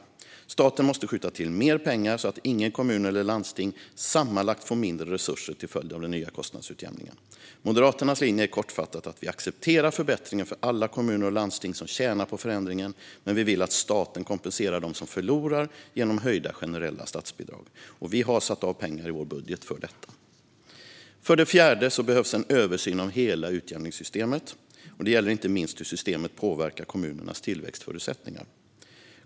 Staten måste skjuta till mer pengar, så att ingen kommun och inget landsting får sammanlagt mindre resurser till följd av den nya kostnadsutjämningen. Moderaternas linje är kortfattat att vi accepterar förbättringen för alla de kommuner och landsting som tjänar på förändringen men att vi vill att staten kompenserar dem som förlorar genom höjda generella statsbidrag, och vi har satt av pengar i vår budget för detta. För det fjärde behövs en översyn av hela utjämningsystemet. Det gäller inte minst hur systemet påverkar kommunernas tillväxtförutsättningar.